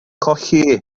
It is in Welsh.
colli